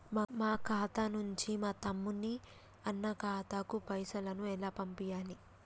మా ఖాతా నుంచి మా తమ్ముని, అన్న ఖాతాకు పైసలను ఎలా పంపియ్యాలి?